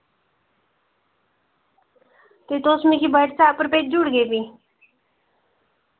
ते तुस मिकी व्हाट्सऐप पर भेजी ओड़गे फ्ही